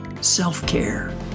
self-care